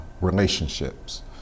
relationships